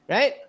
Right